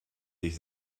sich